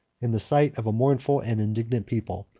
in the sight of a mournful and indignant people,